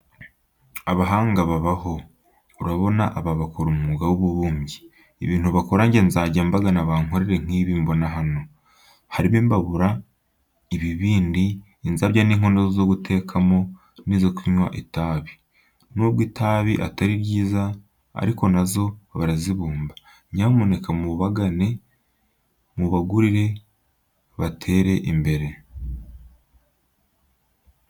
Abahanga babaho, urabona aba bakora umwuga w'ububumbyi, ibintu bakora njye nzajya mbagana bankorere, nk'ibi mbona hano. Harimo imbabura, ibibindi inzabya n'inkono zo gutekamo n'izo kunywa itabi, nubwo itabi atari ryiza ariko na zo barazibumba. Nyamuneka mu bagane mubagurire batere imbere.